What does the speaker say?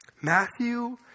Matthew